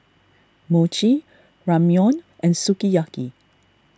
Mochi Ramyeon and Sukiyaki